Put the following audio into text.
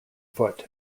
foot